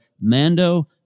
Mando